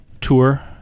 tour